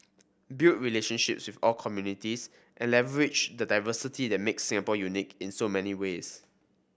build relationships with all communities and leverage the diversity that makes Singapore unique in so many ways